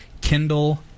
Kindle